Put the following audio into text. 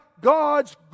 God's